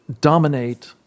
dominate